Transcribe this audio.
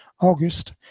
August